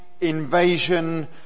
invasion